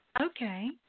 Okay